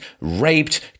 raped